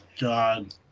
God